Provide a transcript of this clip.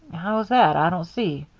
how's that? i don't see,